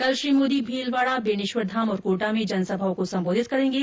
कल श्री मोदी भीलवाड़ा बेणेश्वरधाम और कोटा में जनसभाओं को सम्बोधित करेंगे